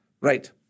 Right